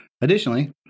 Additionally